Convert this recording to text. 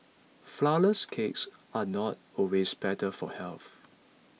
Flourless Cakes are not always better for health